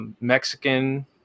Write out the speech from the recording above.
Mexican